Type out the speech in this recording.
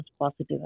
positive